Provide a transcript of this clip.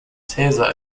caesar